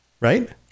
right